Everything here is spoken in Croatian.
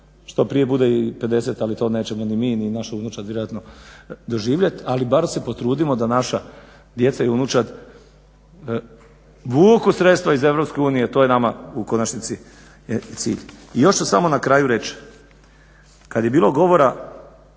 što brije bude i 50, ali to nećemo ni mi ni naša unučad vjerojatno doživjet ali bar se potrudimo da naša djeca i unučad vuku sredstva iz EU, to je nama u konačnici i cilj. I još ću samo na kraju reć, kad je bilo govora,